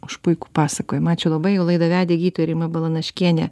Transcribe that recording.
už puikų pasakojimą ačiū labai o laidą vedė gydytoja rima balanaškienė